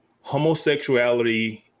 homosexuality